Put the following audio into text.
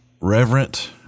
reverent